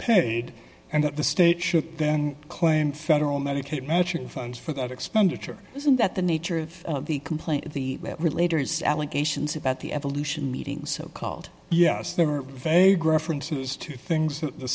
paid and that the state should then claim federal medicaid matching funds for that expenditure isn't that the nature of the complaint the relator is allegations about the evolution meeting so called yes there are vague references to things that the